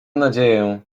nadzieję